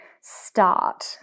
start